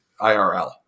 IRL